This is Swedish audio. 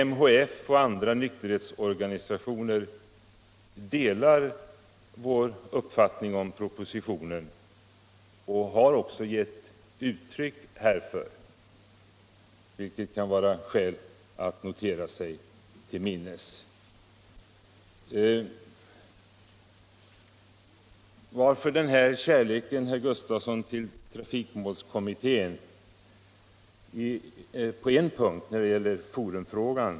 MHF och andra nykterhetsorganisationer delar vår uppfattning om propositionen och har också gett uttryck härför, vilket det kan vara skäl att teckna sig till minnes. Varför den här stora kärleken, herr Sven Gustafson i Göteborg, till trafikmålskommittén på en punkt — när det gäller forumfrågan?